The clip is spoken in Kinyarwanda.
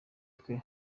twe